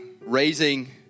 raising